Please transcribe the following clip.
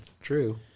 True